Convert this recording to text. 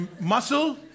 muscle